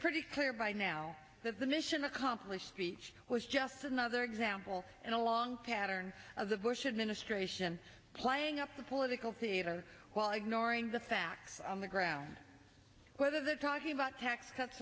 pretty clear by now that the mission accomplished speech was just another example in a long pattern of the bush administration playing up the political theater while ignoring the facts on the ground whether they're talking about tax cuts